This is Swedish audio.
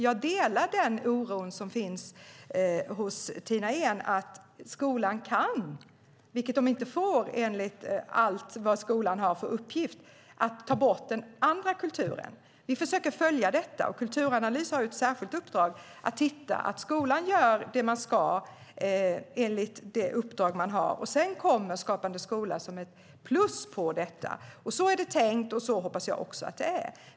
Jag delar den oro som finns hos Tina Ehn, att skolan kan, vilket den inte får enligt den uppgift skolan har, ta bort den andra kulturen. Vi försöker följa detta, och Kulturanalys har ett särskilt uppdrag att titta på att skolan gör det man ska enligt det uppdrag man har. Sedan kommer Skapande skola som ett plus på detta. Så är det tänkt, och så hoppas jag också att det är.